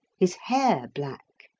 his hair black.